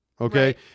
Okay